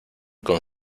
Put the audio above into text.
con